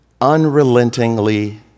unrelentingly